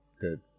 Good